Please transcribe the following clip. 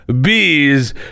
bees